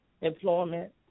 employment